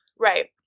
right